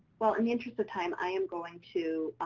well in the interest of time i am going to,